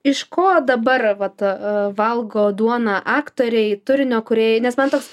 iš ko dabar vat valgo duoną aktoriai turinio kūrėjai nes man toks